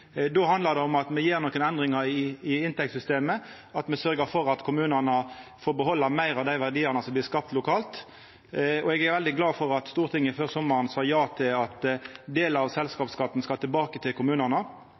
Då handlar det om at me gjer nokre endringar i inntektssystemet, og at me sørgjer for at kommunane får behalda meir av dei verdiane som blir skapte lokalt. Eg er veldig glad for at Stortinget før sommaren sa ja til at delar av selskapsskatten skal tilbake til kommunane